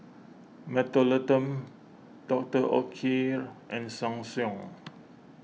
Mentholatum Doctor Oetker and Ssangyong